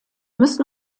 müssen